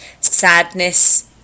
sadness